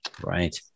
Right